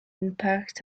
impact